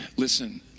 listen